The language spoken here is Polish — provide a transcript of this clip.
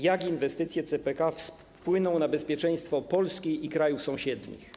Jak inwestycje CPK wpłyną na bezpieczeństwo Polski i krajów sąsiednich?